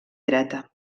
dreta